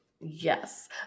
yes